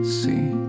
see